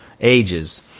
ages